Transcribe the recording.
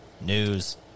news